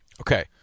Okay